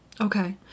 Okay